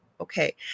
okay